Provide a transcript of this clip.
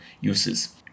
uses